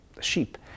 sheep